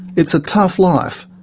it's a tough life,